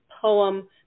poem